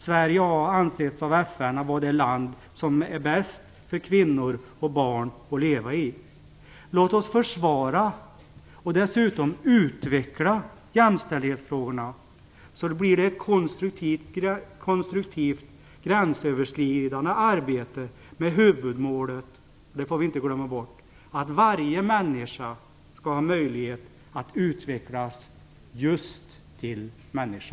Sverige har av FN ansetts vara det land som är bäst för kvinnor och barn att leva i. Låt oss försvara och dessutom utveckla jämställdhetsfrågorna så att det blir ett konstruktivt gränsöverskridande arbete med huvudmålet - det får vi inte glömma bort - att varje människa skall ha möjlighet att utvecklas just till människa.